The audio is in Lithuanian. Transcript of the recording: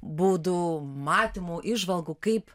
būdų matymų įžvalgų kaip